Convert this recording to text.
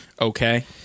okay